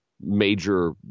major